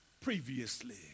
previously